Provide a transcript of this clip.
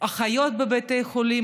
אחיות בבתי חולים,